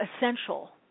essential